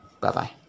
Bye-bye